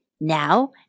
Now